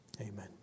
Amen